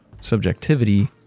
subjectivity